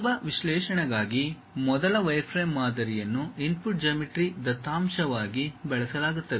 ಸುಲಭ ವಿಶ್ಲೇಷಣೆಗಾಗಿ ಮೊದಲ ವೈರ್ಫ್ರೇಮ್ ಮಾದರಿಯನ್ನು ಇನ್ಪುಟ್ ಜಾಮಿಟ್ರಿ ದತ್ತಾಂಶವಾಗಿ ಬಳಸಲಾಗುತ್ತದೆ